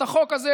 את החוק הזה,